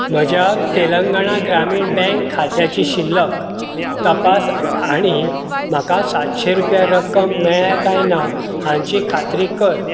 म्हज्या तेलंगाणा ग्रामीण बँक खात्याची शिल्लक तपास आनी म्हाका सातशी रुपया रक्कम मेळ्ळ्या काय ना हांची खात्री कर